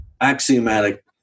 axiomatic